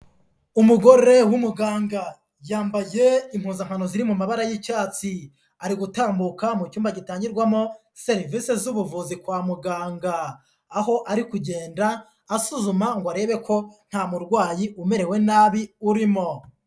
Umugore w'umuganga. Yambaye impuzankano ziri mu mabara y'icyatsi. Ari gutambuka mu cyumba gitangirwamo serivise z'ubuvuzi kwa muganga. Aho ari kugenda asuzuma ngo arebe ko ntamurwayi umerewe nabi urimo.